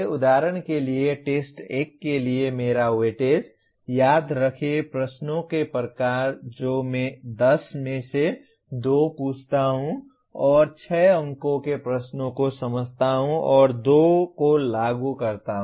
उदाहरण के लिए टेस्ट 1 के लिए मेरा वेटेज याद रखें प्रश्नों के प्रकार जो मैं 10 में से 2 पूछता हूं और 6 अंकों के प्रश्नों को समझता हूं और 2 को लागू करता हूं